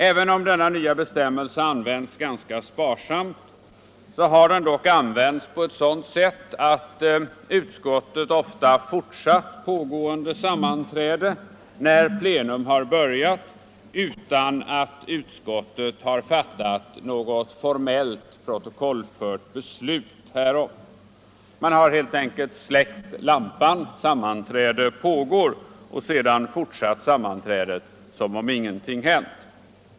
Även om denna nya bestämmelse används ganska sparsamt har den tillämpats på ett sådant sätt att utskottet ofta fortsatt pågående sammanträde när plenum har börjat, utan att utskottet har fattat något formellt protokollfört beslut härom. Man har helt enkelt släckt lampan ”Sammanträde pågår” och sedan fortsatt sammanträdet som om ingenting hänt.